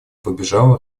побежала